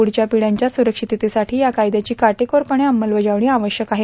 प्ढच्या पंपढयांच्या सुरक्षिततेसाठां या कायदयाची काटेकोरपणे अंमलबजावणी आवश्यक आहे